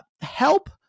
help